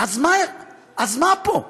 אז מה קורה פה?